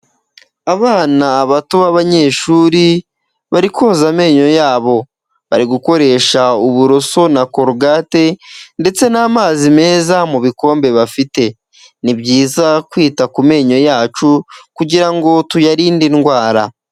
Abana bato b'abanyeshuri bari koza amenyo yabo, bari gukoresha uburoso na corogate ndetse n'amazi meza mu bikombe bafite, ni byiza kwita ku menyo yacu kugirango tuyarinde indwara.